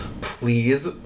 please